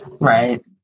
Right